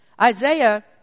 Isaiah